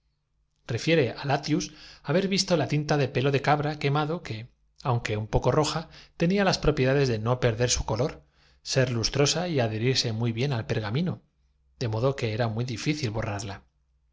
ber visto la tinta de pelo de cabra quemado que aun cuentro vociferando como el sabio de siracusa cuando al dar con la teoría del que un poco roja tenía las propiedades de no perder peso específico dicen que salió su color ser lustrosa y adherirse muy bien al pergami desnudo del baño repitiendo eureka no de modo que era muy difícil borrarla